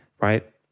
right